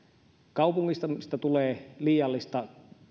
kaupungistumisesta tulee liiallista